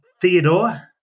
Theodore